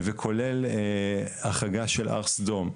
וכולל החרגה של הר סדום,